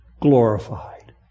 glorified